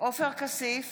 עופר כסיף,